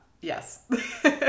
yes